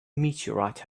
meteorite